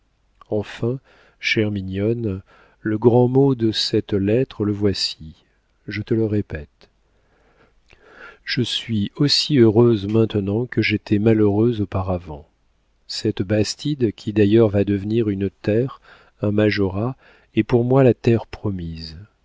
enfin chère mignonne le grand mot de cette lettre le voici je te le répète je suis aussi heureuse maintenant que j'étais malheureuse auparavant cette bastide qui d'ailleurs va devenir une terre un majorat est pour moi la terre promise